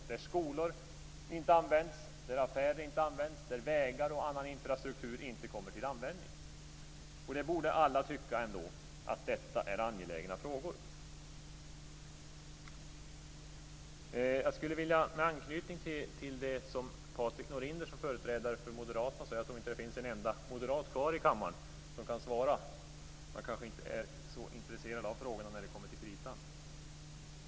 Det är skolor som inte används, affärer som inte används och det är vägar och annan infrastruktur som inte kommer till användning. Alla borde ändå tycka att detta är angelägna frågor. Jag skulle vilja anknyta till det som Patrik Norinder sade som företrädare som Moderaterna. Jag tror inte att det finns en enda moderat kvar i kammaren som kan svara. Man kanske inte är så intresserade av frågan när det kommer till kritan.